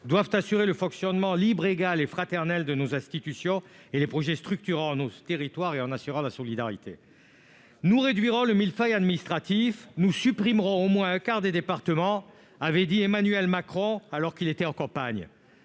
doivent assurer le fonctionnement libre, égal et fraternel de nos institutions et des projets structurant nos territoires et garantir la solidarité. « Nous réduirons le millefeuille administratif. Nous supprimerons au moins un quart des départements », avait dit Emmanuel Macron alors qu'il était en campagne.